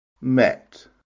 met